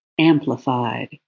amplified